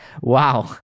Wow